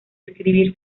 escribir